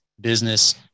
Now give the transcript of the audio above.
business